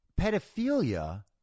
pedophilia